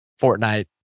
Fortnite